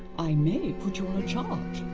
i may put you on a charge.